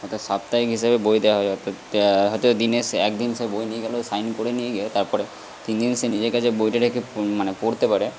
ওটা সাপ্তাহিক হিসেবে বই দেওয়া হয় অর্থাৎ হয়তো দিনে সে এক দিন সে বই নিয়ে গেল সাইন করে নিয়ে গিয়ে তার পরে তিন দিন সে নিজের কাছে বইটা রেখে মানে পড়তে পারে